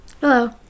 Hello